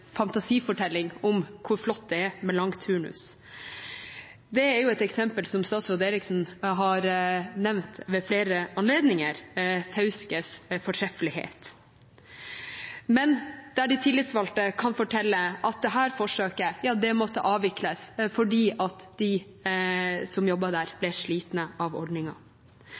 fantasifortelling om hvor flott det er med langhelg-turnus. Eksempelet om Fauskes fortreffelighet har statsråd Eriksson nevnt ved flere anledninger, men de tillitsvalgte kan fortelle at dette forsøket måtte avvikles, fordi de som jobbet under ordningen, ble slitne av